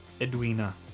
Edwina